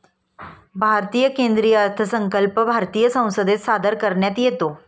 भारतीय केंद्रीय अर्थसंकल्प भारतीय संसदेत सादर करण्यात येतो